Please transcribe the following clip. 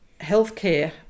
healthcare